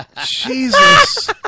Jesus